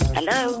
Hello